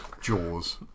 Jaws